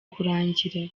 kurangira